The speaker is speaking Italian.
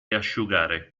asciugare